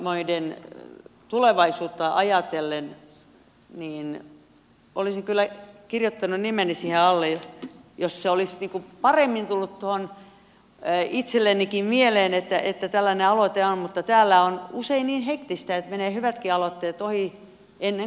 pienpanimoiden tulevaisuutta ajatellen olisin kyllä kirjoittanut nimeni siihen alle jos se olisi niin kuin paremmin tullut itsellenikin mieleen että tällainen aloite on mutta täällä on usein niin hektistä että menevät hyvätkin aloitteet ohi ennen kuin ne huomaa